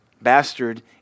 bastard